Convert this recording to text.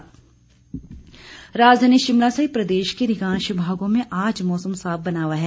मौसम राजधानी शिमला सहित प्रदेश के अधिकांश भागों में आज मौसम साफ बना हुआ है